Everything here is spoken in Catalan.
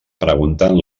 preguntant